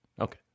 okay